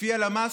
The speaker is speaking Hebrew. לפי נתוני הלמ"ס,